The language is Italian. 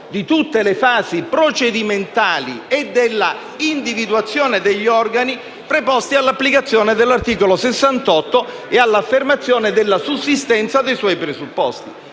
di tutte le fasi procedimentali anche nell'individuazione degli organi preposti all'applicazione dell'articolo 68 e all'affermazione della sussistenza dei suoi presupposti.